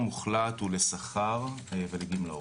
למה זה לא אלימות במשפחה?